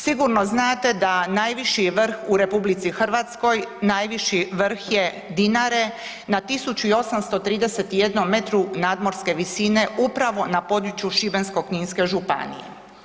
Sigurno znate da najviši vrh u RH, najviši vrh je Dinare na 1831 metru nadmorske visine upravo na području Šibensko-kninske županije.